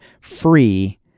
free